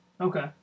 Okay